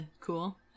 cool